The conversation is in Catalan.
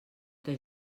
què